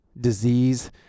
disease